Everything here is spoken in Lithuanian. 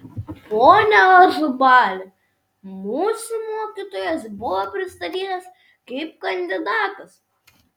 pone ažubali mūsų mokytojas buvo pristatytas kaip kandidatas